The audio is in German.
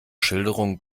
schilderungen